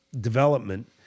development